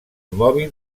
mòbil